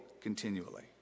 continually